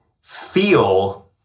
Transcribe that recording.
feel